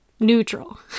Neutral